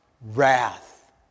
wrath